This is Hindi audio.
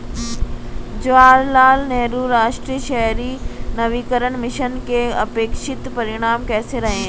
जवाहरलाल नेहरू राष्ट्रीय शहरी नवीकरण मिशन के अपेक्षित परिणाम कैसे रहे?